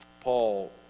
Paul